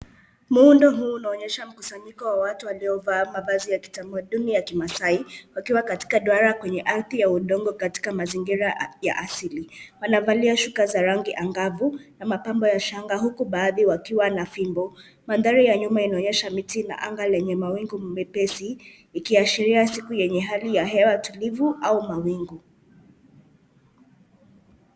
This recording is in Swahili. Muundo huu unaonyesha mkusanyiko wa watu waliovaa mavazi ya kitamaduni ya Kimasai, wakiwa katika duara kwenye ardhi ya udongo katika mazingira ya asili. Wamevalia shuka za rangi angavu na mapambo ya shanga huku baadhi wakiwa na fimbo. Mandhari ya nyuma inaonyesha miti na anga lenye mawingu mepesi, ikiashiria siku yenye hali ya hewa tulivu au mawingu.